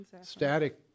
Static